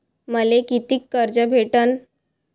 मले कितीक कर्ज भेटन?